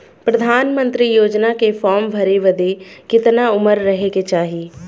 प्रधानमंत्री योजना के फॉर्म भरे बदे कितना उमर रहे के चाही?